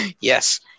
yes